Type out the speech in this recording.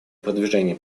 продвижения